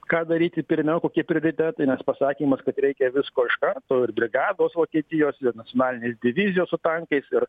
ką daryti pirmiau kokie prioritetai nes pasakymas kad reikia visko iš karto ir brigados vokietijos ir nacionalinės divizijos su tankais ir